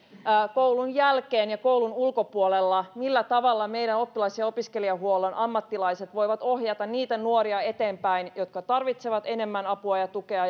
koulun jälkeen ja koulun ulkopuolella millä tavalla meidän oppilas ja opiskelijahuollon ammattilaiset voivat ohjata eteenpäin niitä nuoria jotka tarvitsevat enemmän apua ja tukea